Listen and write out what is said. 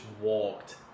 walked